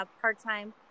part-time